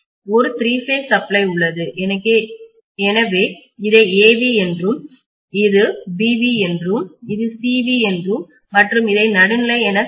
ஒரு three phase supply உள்ளது எனவே இதை Av என்றும் இது Bv என்றும் இது Cv என்றும் மற்றும் இதை நடுநிலை என சொல்லலாம்